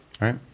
right